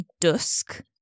dusk